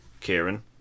Kieran